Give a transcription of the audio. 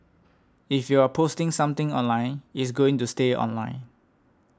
if you're posting something online it's going to stay online